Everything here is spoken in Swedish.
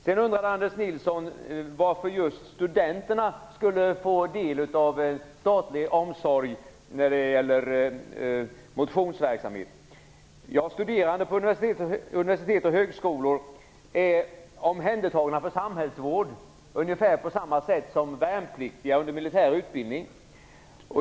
Sedan undrade Anders Nilsson varför just studenterna skulle få del av statlig omsorg när det gäller motionsverksamhet. Studerande på universitet och högskolor är omhändertagna i fråga om samhällsvård ungefär på samma sätt som värnpliktiga under militärutbildning.